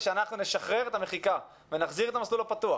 שאנחנו נשחרר את המחיקה ונחזיר את המסלול הפתוח.